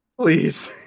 Please